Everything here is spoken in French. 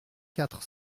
quatre